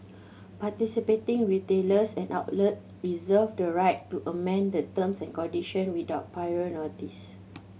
participating retailers and outlet reserve the right to amend the terms and condition without prior notice